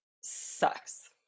sucks